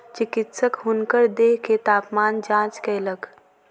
चिकित्सक हुनकर देह के तापमान जांच कयलक